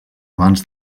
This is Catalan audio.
abans